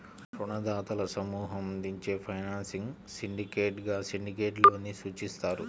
రుణదాతల సమూహం అందించే ఫైనాన్సింగ్ సిండికేట్గా సిండికేట్ లోన్ ని సూచిస్తారు